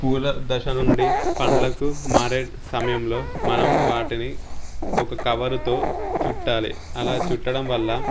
పువ్వుల దశ నుండి పళ్ళకు మారే సమయంలో మనం వాటిని ఒక కవర్తో చుట్టాలి అలా చుట్టడం వల్ల